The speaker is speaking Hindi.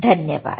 धन्यवाद